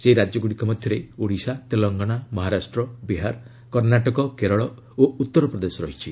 ସେହି ରାଜ୍ୟଗ୍ରଡ଼ିକ ମଧ୍ୟରେ ଓଡ଼ିଶା ତେଲଙ୍ଗାନା ମହାରାଷ୍ଟ୍ର ବିହାର କର୍ଷ୍ଣାଟକ କେରଳ ଓ ଉତ୍ତରପ୍ରଦେଶ ରହିଛି